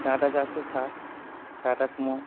tata চারশো সাত Tata Sumo